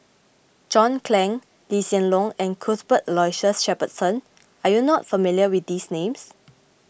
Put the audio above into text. John Clang Lee Hsien Loong and Cuthbert Aloysius Shepherdson are you not familiar with these names